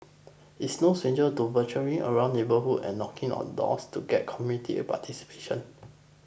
is no stranger to venturing around neighbourhoods and knocking on doors to get community participation